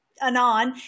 anon